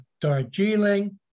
Darjeeling